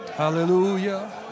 hallelujah